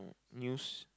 news